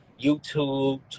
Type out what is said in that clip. YouTube